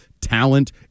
Talent